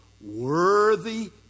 Worthy